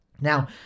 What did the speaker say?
now